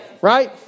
Right